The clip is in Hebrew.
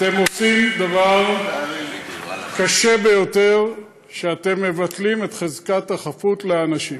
אתם עושים דבר קשה ביותר כשאתם מבטלים את חזקת החפות של אנשים.